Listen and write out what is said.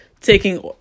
taking